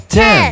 Ten